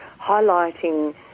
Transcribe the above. highlighting